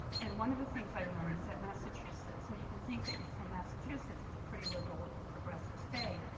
and one of the things i learned is that massachusetts so you can think that you're from massachusetts, it's a pretty liberal, progressive state.